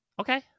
Okay